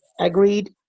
Agreed